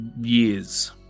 years